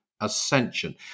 ascension